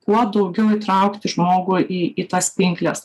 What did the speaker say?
kuo daugiau įtraukti žmogų į į tas pinkles